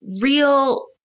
real